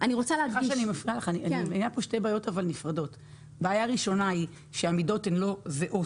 אני מבינה פה שתי בעיות נפרדות: בעיה ראשונה היא שהמידות אינן זהות.